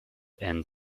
and